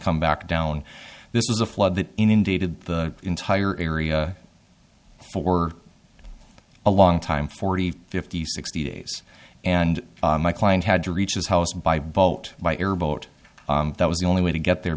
come back down this is a flood that inundated the entire area for a long time forty fifty sixty days and my client had to reach his house by boat by air boat that was the only way to get there